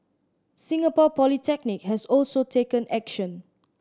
Singapore Polytechnic has also taken action